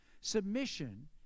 Submission